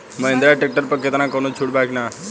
Mahindra tractor पर केतना कौनो छूट बा कि ना?